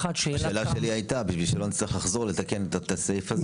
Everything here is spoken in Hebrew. השאלה שלי הייתה בשביל שלא נצטרך לחזור ולתקן את הסעיף הזה.